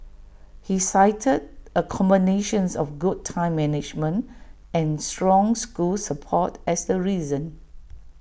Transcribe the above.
he cited A combinations of good time management and strong school support as the reason